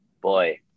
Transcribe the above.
boy